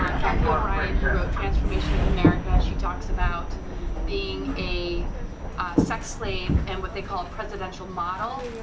um cathy o'brien who wrote transformation of america, she talks about being a sex slave and what they call presidential model,